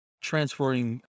transferring